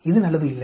இது நல்லது இல்லை